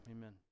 Amen